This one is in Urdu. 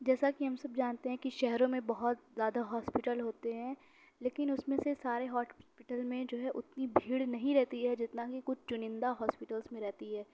جیسا کہ ہم سب جانتے ہیں کہ شہروں میں بہت زیادہ ہاسپٹل ہوتے ہیں لیکن اُس میں سے سارے میں جو ہے اُتنی بھیڑ نہیں رہتی ہے جتنا کہ کچھ چُنندہ ہاسپٹلز میں رہتی ہے